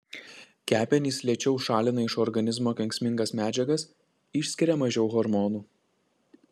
kepenys lėčiau šalina iš organizmo kenksmingas medžiagas išskiria mažiau hormonų